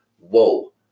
whoa